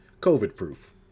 COVID-proof